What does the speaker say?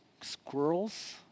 squirrels